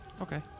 Okay